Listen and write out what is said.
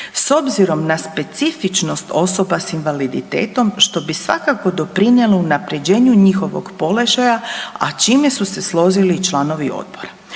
s obzirom na specifičnost osoba s invaliditetom što bi svakako doprinijelo unapređenju njihovog položaja a s čime su se složili i članovi odbora.